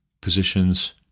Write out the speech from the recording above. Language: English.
positions